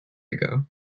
ago